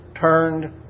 turned